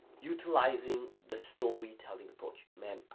utilizing the storytelling approach. man,